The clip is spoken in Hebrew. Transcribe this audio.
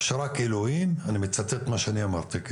ואני מצטט את מה שאמרתי,